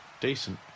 decent